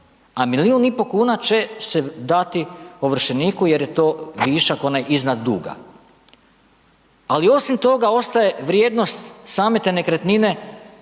a milijun i pol kuna će se dati ovršeniku jer je to višak onaj iznad duga. Ali osim toga ostaje vrijednost same te nekretnine